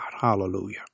Hallelujah